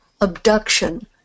abduction